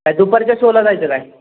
काय दुपारच्या शोला जायचं काय